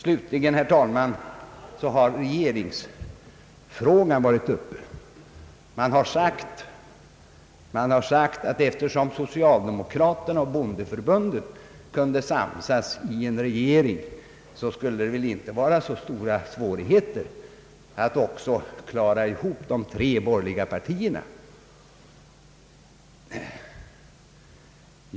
Slutligen, herr talman, har regeringsfrågan varit uppe till behandling. Det har sagts att eftersom socialdemokraterna och bondeförbundet kunde samsas i en regering skulle det väl inte vara så stora svårigheter att också para ihop de tre borgerliga partierna.